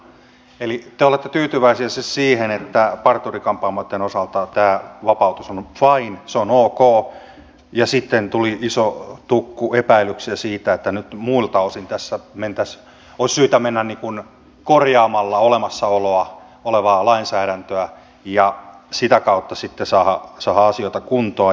eli te olette tyytyväisiä siis siihen että parturi kampaamoitten osalta tämä vapautus on fine se on ok ja sitten tuli iso tukku epäilyksiä siitä että nyt muilta osin tässä olisi syytä mennä korjaamalla olemassa olevaa lainsäädäntöä ja sitä kautta sitten saadaan asioita kuntoon